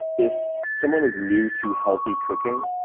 if someone is new to healthy cooking,